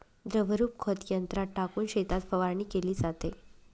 द्रवरूप खत यंत्रात टाकून शेतात फवारणी केली जाते